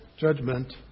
judgment